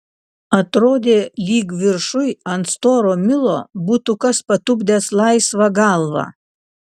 atrodė lyg viršuj ant storo milo būtų kas patupdęs laisvą galvą